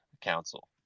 council